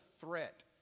threat